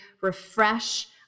refresh